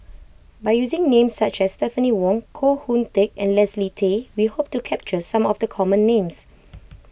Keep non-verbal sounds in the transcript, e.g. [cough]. by using names such as Stephanie Wong Koh Hoon Teck and Leslie Tay we hope to capture some of the common names [noise]